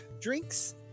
drinks